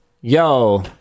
Yo